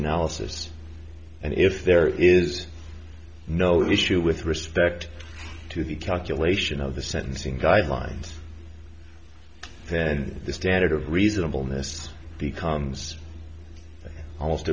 analysis and if there is no issue with respect to the calculation of the sentencing guidelines then the standard of reasonable n'est becomes almost